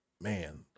man